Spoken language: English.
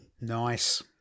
Nice